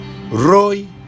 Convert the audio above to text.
Roy